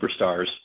superstars